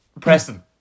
Preston